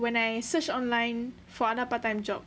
when I search online for other part time job